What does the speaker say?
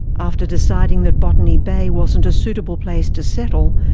after deciding that botany bay wasn't a suitable place to settle,